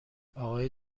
آقای